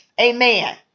Amen